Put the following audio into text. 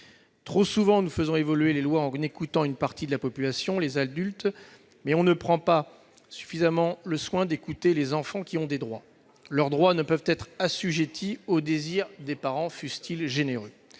Trop souvent, nous faisons évoluer les lois en écoutant une partie de la population- les adultes -, sans prendre le soin d'écouter suffisamment les enfants, qui ont des droits. Ces derniers ne peuvent être assujettis au désir des parents, fussent-ils généreux.